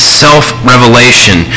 self-revelation